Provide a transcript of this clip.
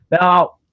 Now